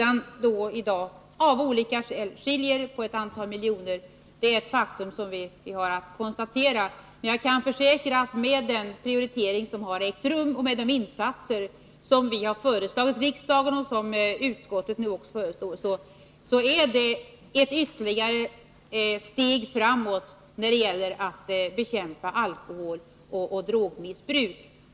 Att det sedan av olika skäl skiljer på ett antal miljoner är ett faktum som vi har att konstatera, men jag kan försäkra att den prioritering som har gjorts och de insatser som vi har föreslagit riksdagen och som också utskottet föreslår innebär ytterligare ett steg framåt när det gäller att bekämpa alkoholoch drogmissbruk.